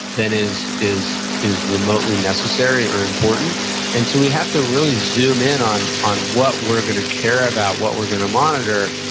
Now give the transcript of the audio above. than is is remotely necessary or important and so, we have to really zoom in on on what we're going to care about, what we're going to monitor,